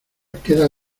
quedas